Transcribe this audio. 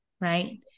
right